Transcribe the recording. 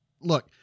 Look